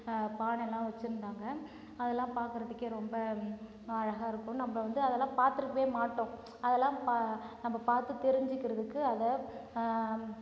பானைலாம் வச்சிருந்தாங்க அதெலாம் பார்க்கறதுக்கே ரொம்ப அழகாக இருக்கும் நம்ம வந்து அதெல்லாம் பார்த்துருக்கவே மாட்டோம் அதெல்லாம் பா நம்ம பார்த்து தெரிஞ்சிக்கிறதுக்கு அதை